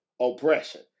oppression